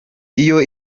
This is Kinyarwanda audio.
iyo